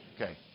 Okay